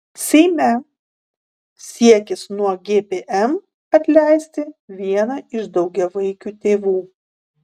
seime siekis nuo gpm atleisti vieną iš daugiavaikių tėvų